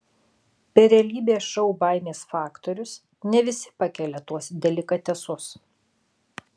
per realybės šou baimės faktorius ne visi pakelia tuos delikatesus